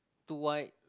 too white